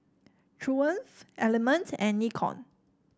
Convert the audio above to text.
Triumph Element and Nikon